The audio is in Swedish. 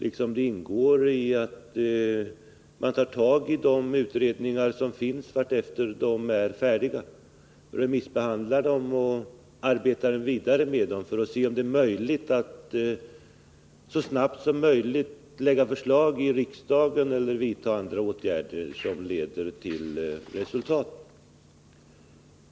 I detta ingår också att gripa sig an med de utredningar som finns vartefter de blir färdiga, låta remissbehandla dem och arbeta vidare med dem för att se om det är möjligt att snabbt lägga fram förslag i riksdagen eller att vidta andra åtgärder som leder till resultat.